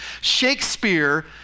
Shakespeare